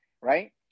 Right